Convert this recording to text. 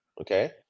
okay